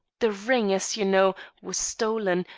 the ring, as you know, was stolen,